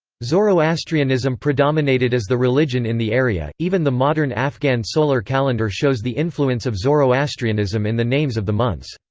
zoroastrianism predominated as the religion in the area even the modern afghan solar calendar shows the influence of zoroastrianism in the names of the months.